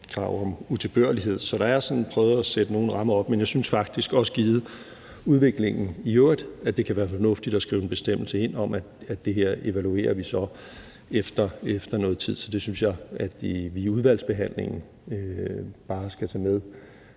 krav om utilbørlighed. Så man har sådan prøvet at sætte nogle rammer op, men jeg synes faktisk også, givet udviklingen i øvrigt, at det kan være fornuftigt at skrive en bestemmelse ind om, at det her evaluerer vi så efter noget tid; så det synes jeg vi i udvalgsbehandlingen bare skal tage med